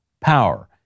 power